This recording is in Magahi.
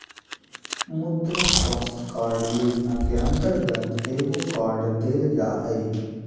मुद्रा स्वास्थ कार्ड योजना के अंतर्गत एगो कार्ड देल जा हइ